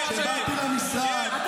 הם חיים בין ההריסות, אני אומר לך.